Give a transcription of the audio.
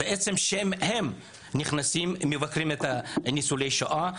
הם מבקרים את ניצולי השואה,